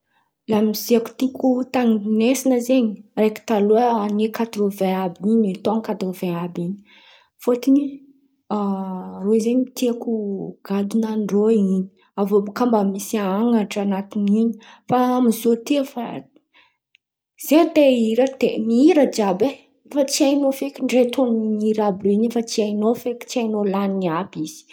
Lamoziky tiako tandrin̈esan̈a zen̈y, araiky taloha ane katrôvain àby in̈y. Fotony rô zen̈y tiako gadon̈an-drô in̈y. Aviô baka mba misy hanatra an̈atin’in̈y. Fa amy zio ty efa zay te ihira de mihira jiàby ai. Fa tsy ain̈ao feky ndray tonon’ny hira jiàby ai. Efa tsy hain̈ao feky tonon’ny hira jiàby ai. Efa tsy hain̈ao feky tsy hain̈ao lan̈iny àby izy.